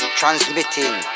transmitting